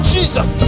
Jesus